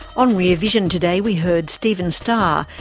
on rear vision today we heard stephen starr,